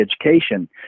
education